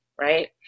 right